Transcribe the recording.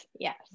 Yes